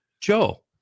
Joe